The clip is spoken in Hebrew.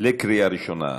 בקריאה ראשונה.